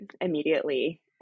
immediately